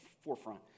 forefront